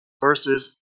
versus